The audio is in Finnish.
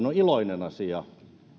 on iloinen asia